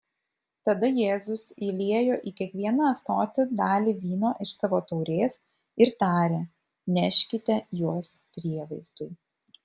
tada jėzus įliejo į kiekvieną ąsotį dalį vyno iš savo taurės ir tarė neškite juos prievaizdui